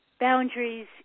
Boundaries